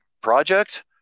project